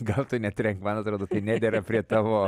gal tu netrenk man atrodo nedera prie tavo